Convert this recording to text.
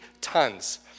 tons